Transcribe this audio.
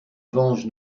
venge